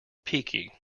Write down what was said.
peaky